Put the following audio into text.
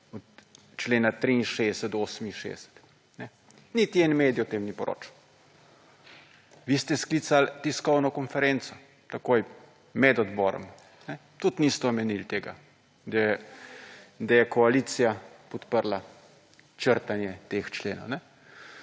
Od člena 63 do 68. Niti en medij o tem ni poročal. Vi ste sklicali tiskovno konferenco takoj med odborom. Tudi niste omenili tega, da je koalicija podprla črtanje teh členov.